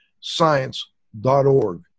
science.org